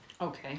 Okay